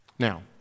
Now